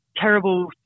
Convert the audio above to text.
Terrible